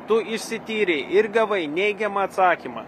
tu išsityrei ir gavai neigiamą atsakymą